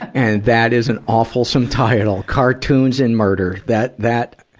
and that is an awfulsome title. cartoons and murder. that, that,